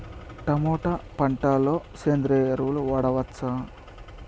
Tomato పంట లో సేంద్రియ ఎరువులు వాడవచ్చా?